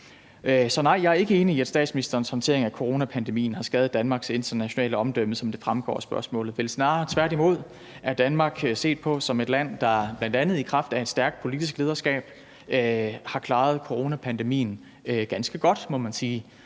Så nej, jeg er ikke enig i, at statsministerens håndtering af coronapandemien har skadet Danmarks internationale omdømme, som det fremgår af spørgsmålet; vel snarere tværtimod ses Danmark som et land, der bl.a. i kraft af et stærkt politisk lederskab har klaret coronapandemien ganske godt, må man sige.